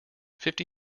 fifty